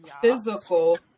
physical